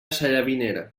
sallavinera